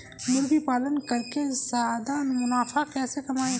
मुर्गी पालन करके ज्यादा मुनाफा कैसे कमाएँ?